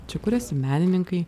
čia kuriasi menininkai